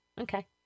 Okay